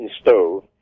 stove